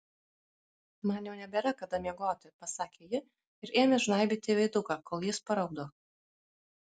man jau nebėra kada miegoti pasakė ji ir ėmė žnaibyti veiduką kol jis paraudo